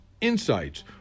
insights